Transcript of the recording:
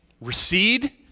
Recede